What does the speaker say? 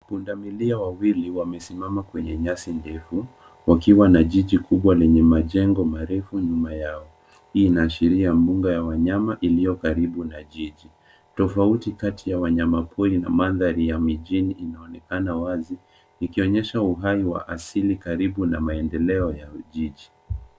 Pundamilia wawili wamesimama kwenye nyasi ndefu wakiwa na jiji kubwa lenye majengo marefu nyuma yao. Hii inaashiria mbuga ya wanyama iliyokaribu na jiji. Tofauti kati ya wanyamapori na mandhari ya mijini inaonekana wazi ikionyesha uhai wa asili karibu na maendeleo ya ujiji.